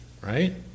right